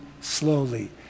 slowly